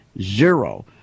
zero